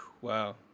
Wow